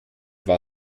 war